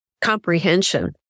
comprehension